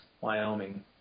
Wyoming